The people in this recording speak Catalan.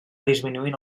disminuint